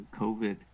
covid